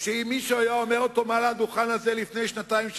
שאם מישהו היה אומר אותו מעל הדוכן הזה לפני שנתיים,